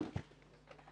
השנים